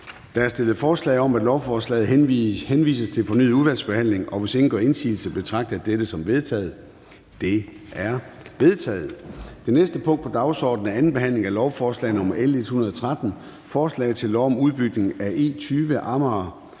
Der er stillet forslag om, at lovforslaget henvises til fornyet udvalgsbehandling, og hvis ingen gør indsigelse, betragter jeg dette som vedtaget. Det er vedtaget. --- Det næste punkt på dagsordenen er: 7) 2. behandling af lovforslag nr. L 113: Forslag til lov om udbygning af E20